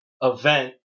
event